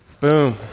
Boom